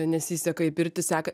nesiseka į pirtį seka